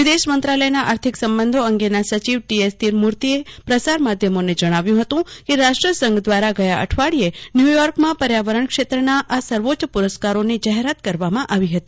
વિદેશમંત્રાલયના આર્થિક સંબંધો અંગેના સચિવ ટી એસ તિરુમૂર્તિએ પ્રસાર માધ્યમોને જણાવ્યું હતું કે રાષ્ટ્રસંઘ દ્વારા ગયા અઠવાડિયે ન્યૂર્યોક્રમાં પર્યાવરણ ક્ષેત્રના આ સર્વોચ્ય પુરસ્કારોની જાહેરાત કરવામાં આવી હતી